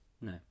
No